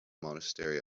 monastery